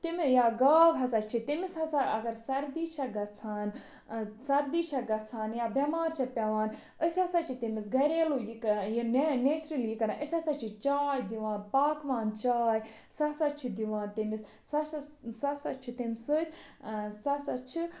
تَمہِ یا گاو ہَسا چھِ تٔمِس ہَسا اَگر سَردی چھےٚ گَژھان آ سردی چھےٚ گَژھان یا بیٚمار چھےٚ پٮ۪وان أسۍ ہَسا چھِ تٔمِس گریلوٗ یہِ کرا نین نیچرٔلی یہِ کران أسۍ ہَسا چھِ چاے دِوان پاکوان چاے سۄ ہَسا چھِ دِوان تٔمِس ہا سۄ ہسا چھُ تمہِ سۭتۍ آ سُہ ہَسا چھِ